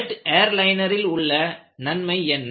jet ஏர்லைனரில் உள்ள நன்மை என்ன